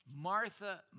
Martha